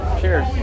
Cheers